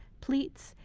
pleats,